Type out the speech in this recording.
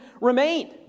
remained